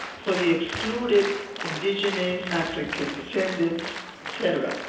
for the excluded indigenous, african descendants etc.